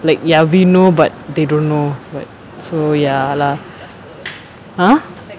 like ya we know but they don't know what so ya lah